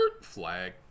Flag